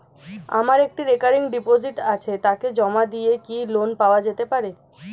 আমার একটি recurring deposit আছে তাকে জমা দিয়ে কি লোন পাওয়া যেতে পারে?